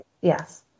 yes